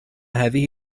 هذه